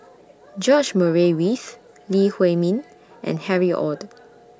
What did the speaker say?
George Murray Reith Lee Huei Min and Harry ORD